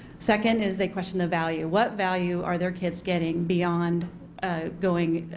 second is a question of value. what value are there kids getting beyond going,